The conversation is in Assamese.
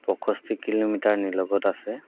পঁয়ষষ্ঠি কিলোমিটাৰ নিলগত আছে